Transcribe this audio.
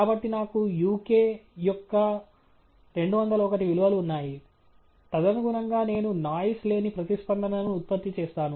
కాబట్టి నాకు uk యొక్క 201 విలువలు ఉన్నాయి తదనుగుణంగా నేను నాయిస్ లేని ప్రతిస్పందనను ఉత్పత్తి చేస్తాను